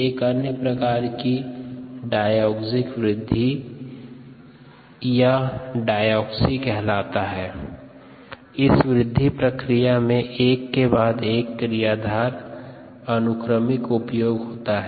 एक अन्य प्रकार की डायक्सिक वृद्धि या डायक्सि कहलाता है इस वृद्धि प्रक्रिया में एक के बाद एक क्रियाधार का अनुक्रमिक उपयोग होता हैं